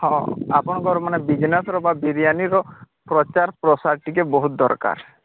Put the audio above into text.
ହଁ ଆପଣଙ୍କର ମାନେ ବିଜନେସ୍ର ବା ବିରିୟାନିର ପ୍ରଚାର ପ୍ରସାର ଟିକେ ବହୁତ ଦରକାର